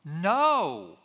No